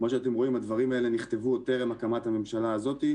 הדברים האלה נכתבו טרם הקמת הממשלה הזאת,